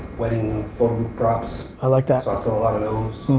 wedding, photo with props. i like that. so i sell a lot of those.